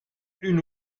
une